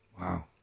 Wow